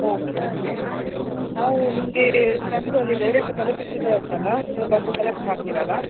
okay okay ನಾವು ನಿಮಗೆ ತಂದು ಅಲ್ಲಿ ಡೈರೆಕ್ಟ್ ತಲುಪಿಸಿದರೆ ಆಯಿತಲ್ಲ ನೀವು ಬಂದು ಕಲೆಕ್ಟ್ ಮಾಡ್ತೀರಲ್ಲ